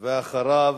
אחריו,